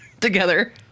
together